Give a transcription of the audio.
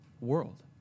world